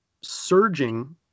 surging